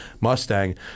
Mustang